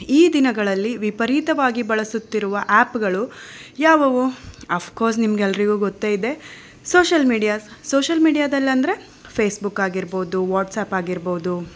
ಈ ದಿನಗಳಲ್ಲಿ ವಿಪರೀತವಾಗಿ ಬಳಸುತ್ತಿರುವ ಆ್ಯಪ್ಗಳು ಯಾವುವು ಅಫ್ಕೋರ್ಸ್ ನಿಮಗೆಲ್ರಿಗೂ ಗೊತ್ತೇ ಇದೆ ಸೋಷ್ಯಲ್ ಮೀಡಿಯಾಸ್ ಸೋಷ್ಯಲ್ ಮೀಡಿಯಾದಲ್ಲಂದರೆ ಫೇಸ್ಬುಕ್ ಆಗಿರ್ಬೋದು ವಾಟ್ಸಪ್ ಆಗಿರ್ಬೋದು